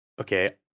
okay